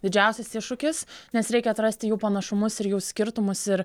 didžiausias iššūkis nes reikia atrasti jų panašumus ir jų skirtumus ir